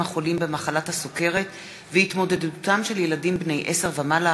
החולים במחלת הסוכרת והתמודדותם של ילדים בני עשר ומעלה